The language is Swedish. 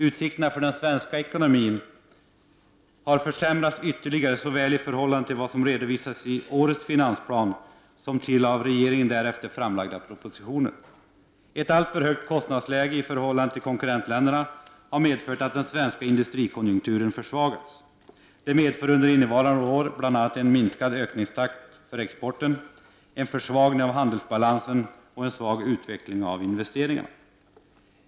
Utsikterna för den svenska ekonomin har försämrats ytterligare såväl i förhållande till vad som redovisades i årets finansplan som till den av regeringen därefter framlagda propositionen. Ett alltför högt kostnadsläge i förhållande till konkurrentländerna har medfört att den svenska industrikonjunkturen försvagats. Detta medför under innevarande år bl.a. en minskad ökningstakt för exporten, en försvagning av handelsbalansen och en svag utveckling av investeringarna.